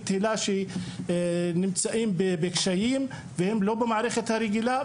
היל"ה שנמצאים בקשיים והם לא במערכת הרגילה,